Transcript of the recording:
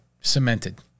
Cemented